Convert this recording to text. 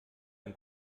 ein